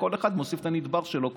כל אחד מוסיף את הנדבך שלו,